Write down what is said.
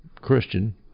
Christian